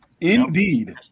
Indeed